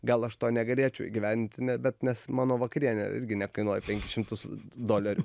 gal aš to negalėčiau įgyvent ne bet nes mano vakarienė irgi nekainuoja penkis šimtus dolerių